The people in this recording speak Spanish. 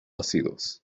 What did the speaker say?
ácidos